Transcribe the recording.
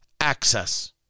access